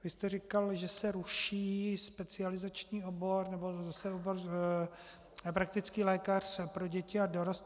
Vy jste říkal, že se ruší specializační obor praktický lékař pro děti a dorost.